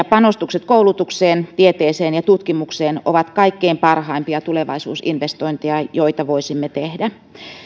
panostukset koulutukseen tieteeseen ja tutkimukseen ovat kaikkein parhaimpia tulevaisuusinvestointeja joita voisimme tehdä